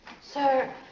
Sir